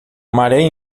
maré